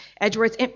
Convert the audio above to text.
Edward's